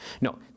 no